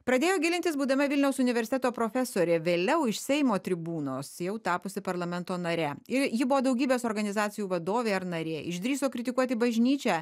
pradėjo gilintis būdama vilniaus universiteto profesorė vėliau iš seimo tribūnos jau tapusi parlamento nare ir ji buvo daugybės organizacijų vadovė ar narė išdrįso kritikuoti bažnyčią